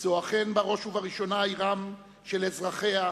זו אכן בראש ובראשונה עירם של אזרחיה,